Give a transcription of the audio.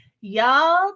Y'all